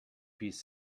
piece